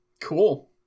Cool